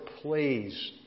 please